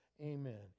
Amen